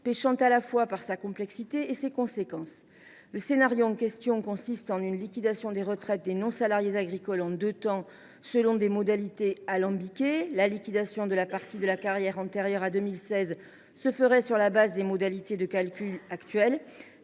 pécherait à la fois par sa complexité et par ses conséquences. Le scénario en question consiste en une liquidation des retraites des non salariés agricoles en deux temps, selon des modalités alambiquées : la liquidation de la partie de la carrière antérieure à 2016 se ferait sur la base des modalités de calcul actuelles,